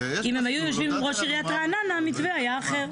אם הם היו יושבים עם ראש עיריית רעננה המתווה היה אחר,